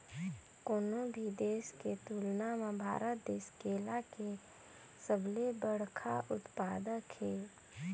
कोनो भी देश के तुलना म भारत देश केला के सबले बड़खा उत्पादक हे